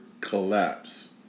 collapse